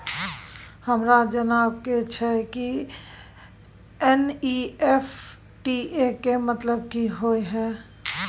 हमरा जनबा के छै की एन.ई.एफ.टी के मतलब की होए है?